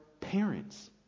parents